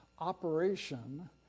operation